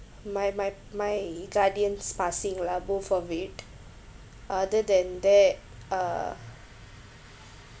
my my my guardians passing lah both of it other than that uh